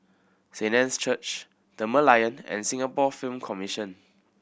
Saint Anne's Church The Merlion and Singapore Film Commission